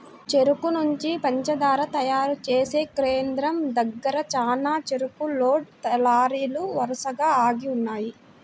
చెరుకు నుంచి పంచదార తయారు చేసే కేంద్రం దగ్గర చానా చెరుకు లోడ్ లారీలు వరసగా ఆగి ఉన్నయ్యి